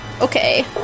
Okay